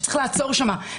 שצריך לעצור שם.